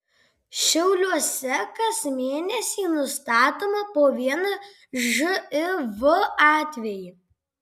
šiauliuose kas mėnesį nustatoma po vieną živ atvejį